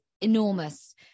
enormous